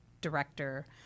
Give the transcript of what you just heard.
director